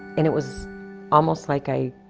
and it was almost like i